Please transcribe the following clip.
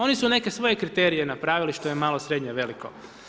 Oni su neke svoje kriterije napravili što je malo, srednje, veliko.